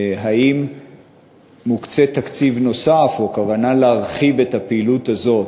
האם מוקצה תקציב נוסף או יש כוונה להרחיב את הפעילות הזאת?